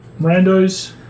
randos